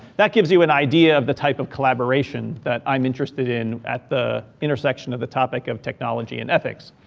that gives you an idea of the type of collaboration that i'm interested in at the intersection of the topic of technology and ethics.